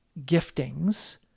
giftings